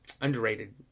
underrated